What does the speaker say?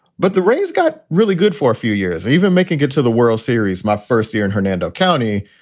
but the rays got really good for a few years, even making it to the world series, my first year in hernando county,